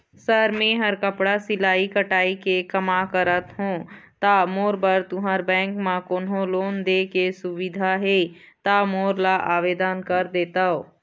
Sir मेहर कपड़ा सिलाई कटाई के कमा करत हों ता मोर बर तुंहर बैंक म कोन्हों लोन दे के सुविधा हे ता मोर ला आवेदन कर देतव?